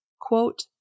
quote